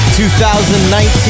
2019